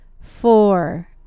four